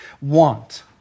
want